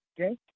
okay